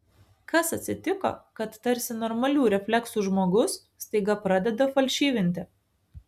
kas atsitiko kad tarsi normalių refleksų žmogus staiga pradeda falšyvinti